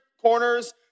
corners